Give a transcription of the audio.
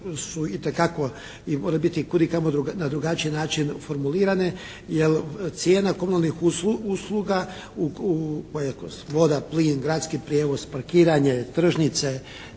su itekako i more biti i kudikamo na drugačiji način formulirane jer cijena komunalnih usluga …/Govornik se ne razumije./… voda, plin, gradski prijevoz, parkiranje, tržnice,